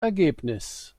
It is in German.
ergebnis